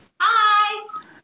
hi